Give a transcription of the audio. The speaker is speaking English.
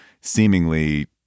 seemingly